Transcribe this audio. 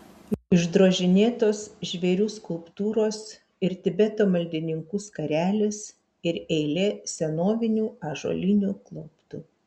išdrožinėtos žvėrių skulptūros ir tibeto maldininkų skarelės ir eilė senovinių ąžuolinių klauptų